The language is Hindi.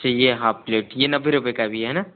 चाहिए हाफ़ प्लेट ये नब्बे रुपए का है भैया है ना